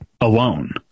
alone